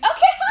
Okay